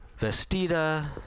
Vestida